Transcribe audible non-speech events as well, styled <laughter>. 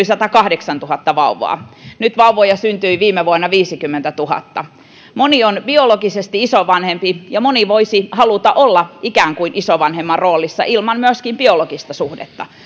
<unintelligible> satakahdeksantuhatta vauvaa nyt viime vuonna vauvoja syntyi viisikymmentätuhatta moni on biologisesti isovanhempi ja moni voisi myöskin haluta olla ikään kuin isovanhemman roolissa ilman biologista suhdetta